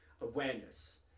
awareness